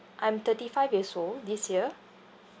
I'm thirty five years old this year